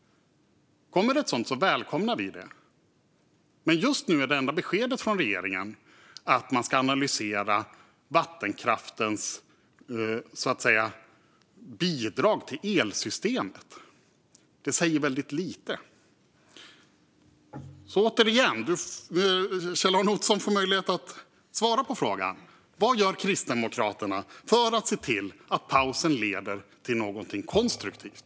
Kommer det ett sådant välkomnar vi det, men just nu är det enda beskedet från regeringen att man ska analysera vattenkraftens bidrag till elsystemet. Det säger väldigt lite. Återigen: Kjell-Arne Ottosson får möjlighet att svara på frågan. Vad gör Kristdemokraterna för att se till att pausen leder till någonting konstruktivt?